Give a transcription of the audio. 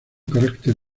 carácter